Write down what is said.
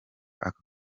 aka